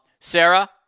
Sarah